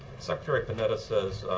secretary panetta says